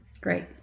great